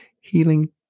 healing